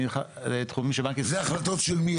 אני נכנס לתחומים של בנק ישראל --- ההחלטות של מי,